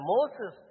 Moses